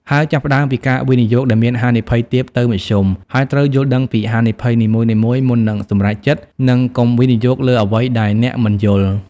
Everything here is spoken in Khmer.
ហើយចាប់ផ្តើមពីការវិនិយោគដែលមានហានិភ័យទាបទៅមធ្យម ហើយត្រូវយល់ដឹងពីហានិភ័យនីមួយៗមុននឹងសម្រេចចិត្ត និងកុំវិនិយោគលើអ្វីដែលអ្នកមិនយល់។